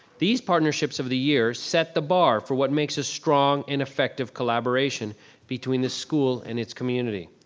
these partnerships of the year set the bar for what makes a strong and effective collaboration between the school and its community.